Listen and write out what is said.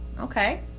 Okay